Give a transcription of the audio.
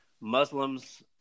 Muslims